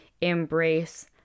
embrace